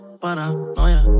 paranoia